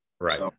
Right